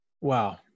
Wow